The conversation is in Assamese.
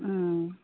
অঁ